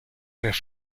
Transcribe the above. tres